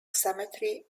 cemetery